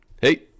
Hey